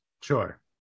Sure